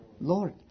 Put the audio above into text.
Lord